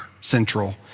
central